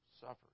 suffered